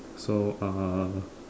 so uh